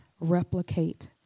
replicate